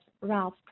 Ralph